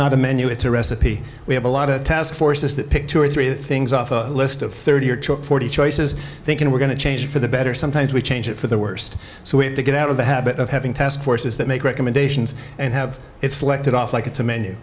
not a menu it's a recipe we have a lot of task forces that pick two or three things off a list of thirty or forty choices thinking we're going to change for the better sometimes we change it for the worst so we have to get out of the habit of having task forces that make recommendations and have it selected off like it's a menu